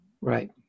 Right